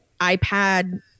iPad